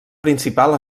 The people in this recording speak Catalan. principal